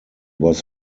was